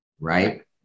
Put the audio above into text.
right